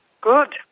good